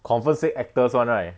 confirm same actors [one] right